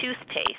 toothpaste